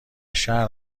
شهر